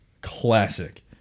classic